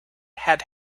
had